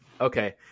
Okay